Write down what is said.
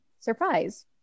surprise